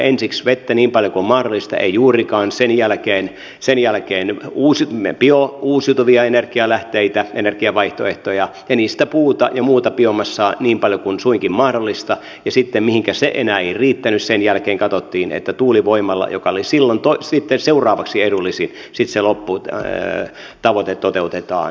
ensiksi vettä niin paljon kuin on mahdollista ei juurikaan ja sen jälkeen biouusiutuvia energianlähteitä energiavaihtoehtoja ja niistä puuta ja muuta biomassaa niin paljon kuin suinkin mahdollista ja sitten mihinkä se enää ei riittänyt sen jälkeen katsottiin että tuulivoimalla joka oli sitten seuraavaksi edullisin sitten se lopputavoite toteutetaan